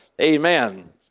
Amen